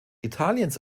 italiens